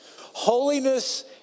Holiness